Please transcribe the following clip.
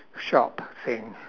shop thing